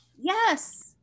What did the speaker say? Yes